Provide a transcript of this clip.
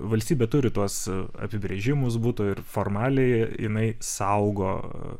valstybė turi tuos apibrėžimus butų ir formaliai jinai saugo